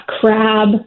crab